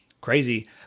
Crazy